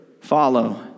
follow